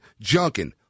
Junkin